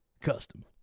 Custom